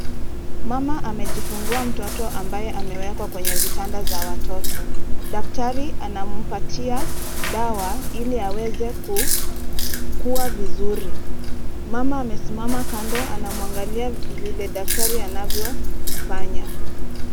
Mama amejifungua mtoto ambaye amewekwa kwenye vitanda za watoto. Daktari anampatia dawa ili aweze kukua vizuri. Mama amesimama kando anamwangalia vile daktari anavyofanya.